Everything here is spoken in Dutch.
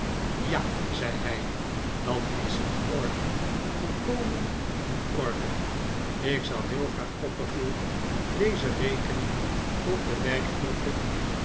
ja zei hij dat is in orde volkomen in orde ik zou heel graag copperfield deze rekening tot de werkelijke